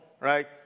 right